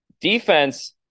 Defense